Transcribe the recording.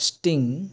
sting